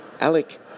Alec